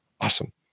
Awesome